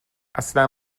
اصلا